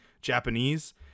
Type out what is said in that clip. Japanese